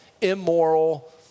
immoral